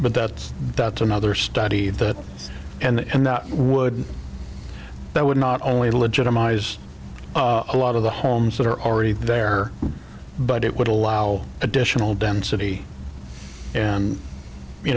but that's that's another study that and that would that would not only legitimize a lot of the homes that are already there but it would allow additional density and you